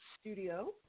Studio